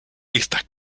estas